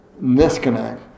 disconnect